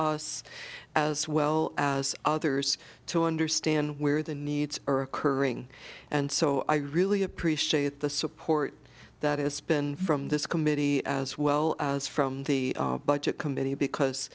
us as well as others to understand where the needs are occurring and so i really appreciate the support that has been from this committee as well as from the budget committee because